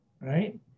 Right